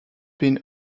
been